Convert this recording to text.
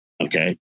okay